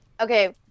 okay